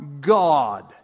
God